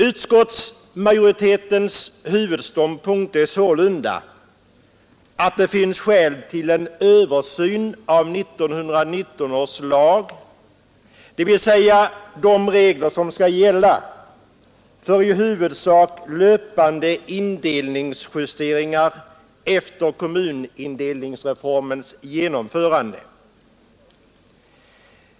Utskottsmajoritetens huvudståndpunkt är sålunda att det finns skäl till en översyn av 1919 års lag, dvs. de regler som skall gälla för i huvudsak löpande indelningsjusteringar efter kommunindelningsreformens genomförande.